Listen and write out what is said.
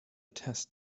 test